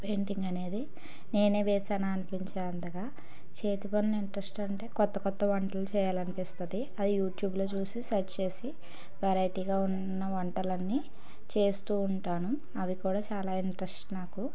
painting అనేది నేనే వేసానా అనిపించే అంతగా చేతి పనులు ఇంట్రస్ట్ అంటే కొత్త కొత్త వంటలు చేయాలి అనిపిస్తుంది అది యూట్యూబ్లో చూసి సర్చ్ చేసి వెరైటీగా ఉన్న వంటలు అన్నీ చేస్తు ఉంటాను అవి కూడా చాలా ఇంట్రస్ట్ నాకు